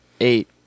eight